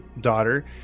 daughter